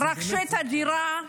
רכשו את הדירה,